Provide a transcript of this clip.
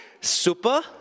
Super